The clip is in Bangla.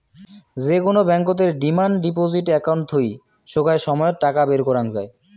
যে কুনো ব্যাংকতের ডিমান্ড ডিপজিট একাউন্ট থুই সোগায় সময়ত টাকা বের করাঙ যাই